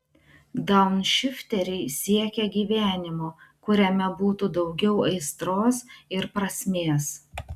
daunšifteriai siekia gyvenimo kuriame būtų daugiau aistros ir prasmės